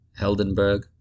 Heldenberg